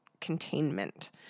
containment